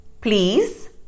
Please